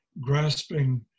grasping